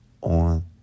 on